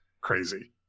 crazy